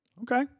Okay